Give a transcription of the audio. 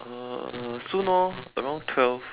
uh soon orh around twelve